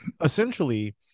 essentially